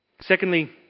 Secondly